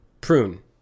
prune